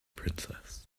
princess